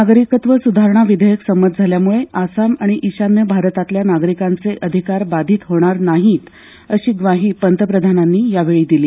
नागरिकत्व सुधारणा विधेयक संमत झाल्यामुळे आसाम आणि ईशान्य भारतातल्या नागरिकांचे अधिकार बाधित होणार नाहीत अशी ग्वाही पंतप्रधानांनी यावेळी दिली